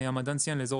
לאזור